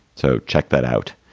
so check that out.